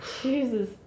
Jesus